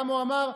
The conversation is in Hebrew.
כמה, הוא אמר?